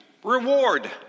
Reward